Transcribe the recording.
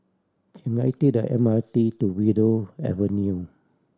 can I take the M R T to Willow Avenue